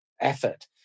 effort